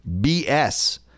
BS